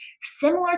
similar